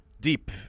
deep